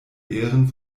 ehren